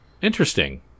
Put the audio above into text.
Interesting